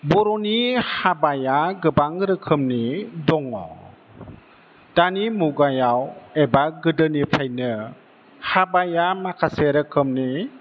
बर'नि हाबाया गोबां रोखोमनि दङ दानि मुगायाव एबा गोदोनिफ्रायनो हाबाया माखासे रोखोमनि